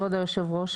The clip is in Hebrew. כבוד היושב-ראש,